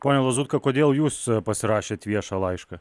pone lazutka kodėl jūs pasirašėt viešą laišką